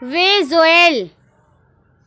visual